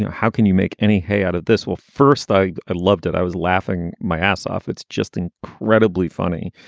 how can you make any hay out of this will first? i i loved it. i was laughing my ass off. it's just incredibly funny.